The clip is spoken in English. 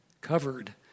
covered